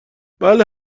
بله